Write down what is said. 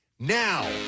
Now